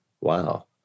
Wow